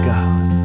God